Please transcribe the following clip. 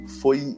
foi